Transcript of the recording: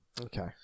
Okay